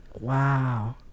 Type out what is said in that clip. Wow